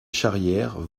charrière